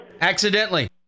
Accidentally